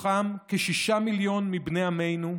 מתוכם כשישה מיליון מבני עמנו,